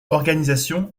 organisation